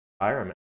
environment